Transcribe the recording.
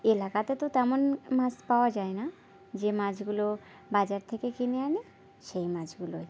এলাকাতে তো তেমন মাছ পাওয়া যায় না যে মাছগুলো বাজার থেকে কিনে আনে সেই মাছগুলোই